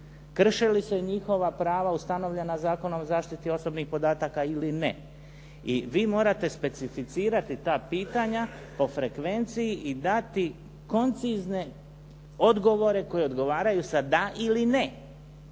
krše li se njihova prava ustanovljena Zakonom o zaštiti osobnih podataka ili ne. I vi morate specificirati ta pitanja po frekvenciji i dati koncizne odgovore koji odgovaraju sa da li ne.